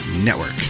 Network